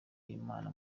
y’imana